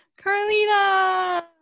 Carlina